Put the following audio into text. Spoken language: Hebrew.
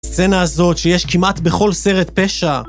הסצנה הזאת שיש כמעט בכל סרט פשע